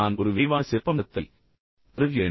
நான் ஒரு விரைவான சிறப்பம்சத்தை தருகிறேன்